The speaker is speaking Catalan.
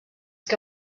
que